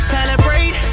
Celebrate